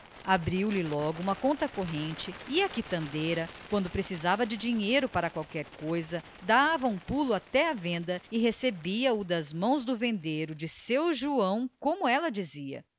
abriu-lhe logo uma conta corrente e a quitandeira quando precisava de dinheiro para qualquer coisa dava um pulo até à venda e recebia o das mãos do vendeiro de seu joão como ela dizia